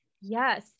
Yes